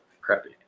crappy